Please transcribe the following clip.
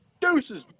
Deuces